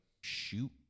shoot